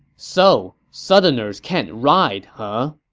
so, southerners can't ride, huh?